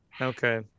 Okay